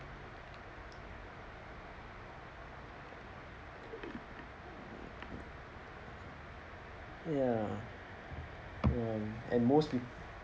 ya and and most peo~